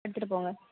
எடுத்துகிட்டு போங்க